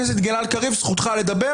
חבר הכנסת גלעד קריב, זכותך לדבר